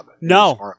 No